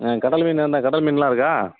ஆ கடல்மீனில் என்ன கடல்மீனெலாம் இருக்கா